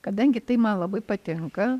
kadangi tai man labai patinka